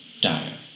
dire